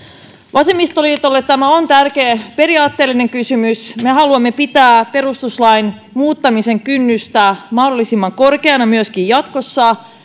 vasemmistoliitolle tämä on tärkeä periaatteellinen kysymys me haluamme pitää perustuslain muuttamisen kynnystä mahdollisimman korkeana myöskin jatkossa